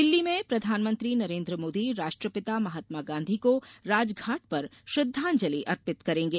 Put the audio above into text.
दिल्ली में प्रधानमंत्री नरेन्द्र मोदी राष्ट्रंपिता महात्मा गांधी को राजघाट पर श्रद्धांजलि अर्पित करेंगे